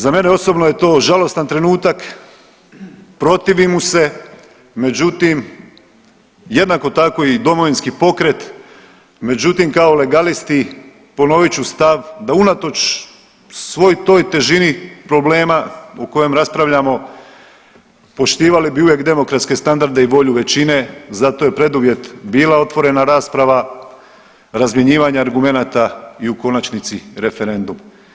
Za mene osobno je to žalostan trenutak, protivim mu se, međutim jednako tako i Domovinski pokret, međutim kao legalisti ponovit ću stav da unatoč svoj toj težini problema o kojem raspravljamo poštivali bi uvijek demokratske standarde i volju većine zato je preduvjet bila otvorena rasprava, razmjenjivanje argumenata i u konačnici referendum.